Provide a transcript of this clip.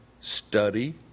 Study